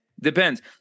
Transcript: Depends